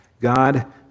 God